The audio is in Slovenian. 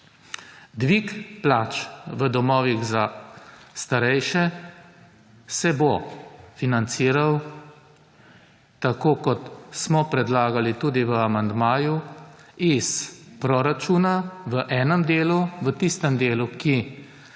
Dvig plač v domovih za starejše se bo financiral, tako kot smo predlagali tudi v amandmaju, iz proračuna v enem delu, v tistem delu, ki